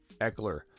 Eckler